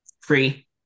free